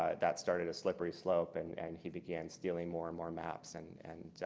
ah that started a slippery slope and and he began stealing more and more maps and and